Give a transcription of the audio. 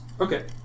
Okay